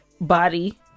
body